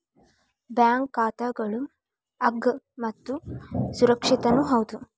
bank ಖಾತಾಗಳು ಅಗ್ಗ ಮತ್ತು ಸುರಕ್ಷಿತನೂ ಹೌದು